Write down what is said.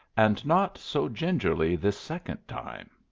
and not so gingerly this second time.